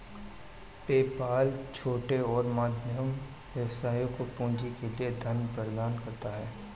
PayPal छोटे और मध्यम व्यवसायों को पूंजी के लिए धन प्रदान करता है